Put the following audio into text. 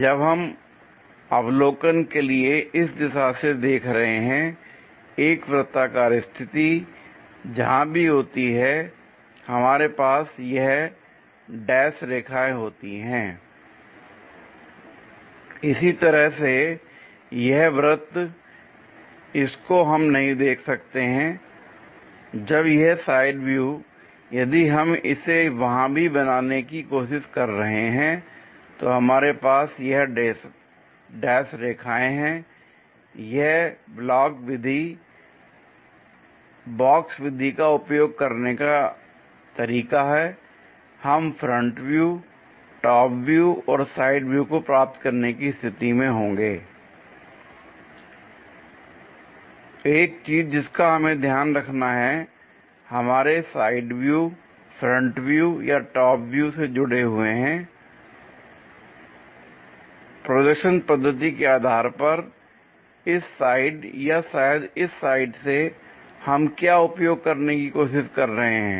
जब हम अवलोकन के लिए इस दिशा से दिशा से देख रहे हैं एक वृत्ताकार स्थिति जहां भी होती है हमारे पास यह डैश रेखाएं होती हैं l इसी तरह से यह वृत्त इसको हम नहीं देख सकते हैं l जब यह साइड व्यू यदि हम इसे वहां भी बनाने की कोशिश कर रहे हैं तो हमारे पास यह डैश रेखाएं है l यह ब्लॉक विधि बॉक्स विधि का उपयोग करने का तरीका है हम फ्रंट व्यू टॉप व्यू और साइड व्यू को प्राप्त करने की स्थिति में होंगे l एक चीज जिसका हमें हमेशा ध्यान रखना है l हमारे साइड व्यू फ्रंट व्यू या टॉप व्यू से जुड़े हुए हैं प्रोजेक्शन पद्धति के आधार पर इस साइड या शायद इस साइड से हम क्या उपयोग करने की कोशिश कर रहे हैं